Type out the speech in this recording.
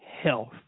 health